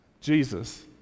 Jesus